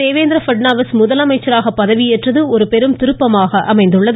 தேவேந்திர பட்நாவிஸ் முதலமைச்சராக பதவியேற்றது ஒரு பெரும் திருப்பமாக அமைந்தது